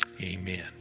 Amen